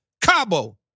Cabo